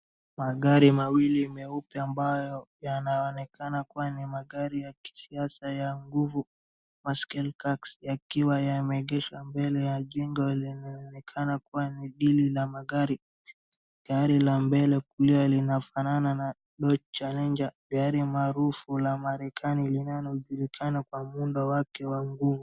Magari mawili meupe ambayo yanaonekana kuwa ni magari ya kisiasa ya nguvu. Muscle cars yakiwa yameegeshwa mbele ya jengo linaloonekana kuwa ni deale la magari. Gari la mbele kulia linafanana na Dodge Challenger gari maarufu la Marekani linalojulikana kwa muundo wake wa nguvu.